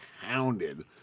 pounded